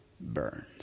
burns